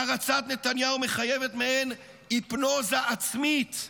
הערצת נתניהו מחייבת מעין היפנוזה עצמית,